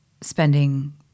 spending